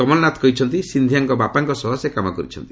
କମଲନାଥ କହିଛନ୍ତି ସିନ୍ଧିଆଙ୍କ ବାପାଙ୍କ ସହ ସେ କାମ କରିଛନ୍ତି